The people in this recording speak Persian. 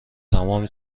تمام